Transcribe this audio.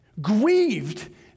grieved